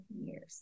years